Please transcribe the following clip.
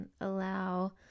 allow